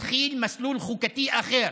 מתחיל מסלול חוקתי אחר,